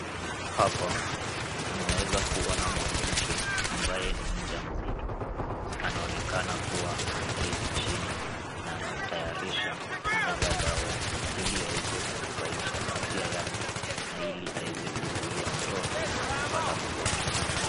Hapa tunaeza kuona mwanamke, ambaye ni mjamzito. Anaonekana kua ameketi chini na anatayarisha kumeza dawa, ili aweze kunufaisha afya yake, na ili aeze kuzuia mtoto kupata magonjwa.